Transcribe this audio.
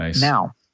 Now